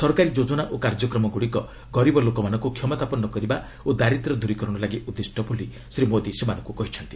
ସରକାରୀ ଯୋଜନା ଓ କାର୍ଯ୍ୟକ୍ରମଗୁଡ଼ିକ ଗରିବ ଲୋକମାନଙ୍କୁ କ୍ଷମତାପନ୍ନ କରିବା ଓ ଦାରିଦ୍ର୍ୟ ଦୂରୀକରଣ ଲାଗି ଉଦ୍ଦିଷ୍ଟ ବୋଲି ଶ୍ରୀ ମୋଦି ସେମାନଙ୍କୁ କହିଛନ୍ତି